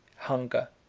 hunger,